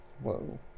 whoa